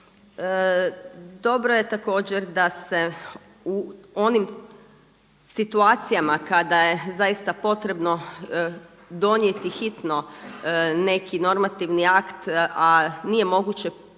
Dobro je također da se u onim situacijama kada je zaista potrebno donijeti hitno neki normativni akt a nije moguće provesti